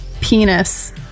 penis